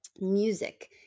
music